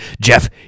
Jeff